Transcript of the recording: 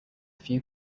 few